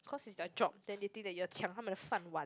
cause it's their job then they think you are 抢他们的饭碗